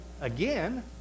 again